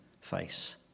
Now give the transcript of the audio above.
face